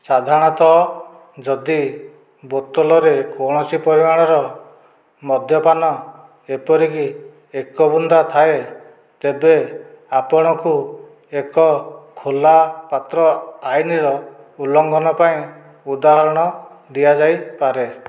ସାଧାରଣତଃ ଯଦି ବୋତଲରେ କୌଣସି ପରିମାଣର ମଦ୍ୟପାନ ଏପରିକି ଏକ ବୁନ୍ଦା ଥାଏ ତେବେ ଆପଣଙ୍କୁ ଏକ ଖୋଲା ପାତ୍ର ଆଇନର ଉଲ୍ଲଂଘନ ପାଇଁ ଉଦାହରଣ ଦିଆଯାଇପାରେ